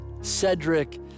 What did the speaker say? cedric